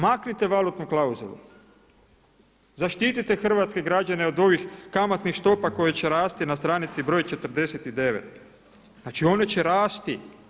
Maknite valutnu klauzulu, zaštite hrvatske građane od ovih kamatnih stopa koje će rasti na stranici broj 49, znači one će rasti.